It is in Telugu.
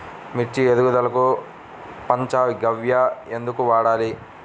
మిర్చి ఎదుగుదలకు పంచ గవ్య ఎందుకు వాడాలి?